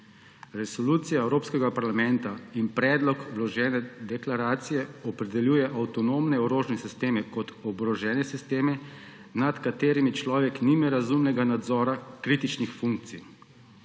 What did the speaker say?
Resolucija Evropskega parlamenta in predlog vložene deklaracije opredeljujeta avtonomne orožne sisteme kot oborožene sisteme, nad katerimi človek nima razumnega nadzora kritičnih funkcij.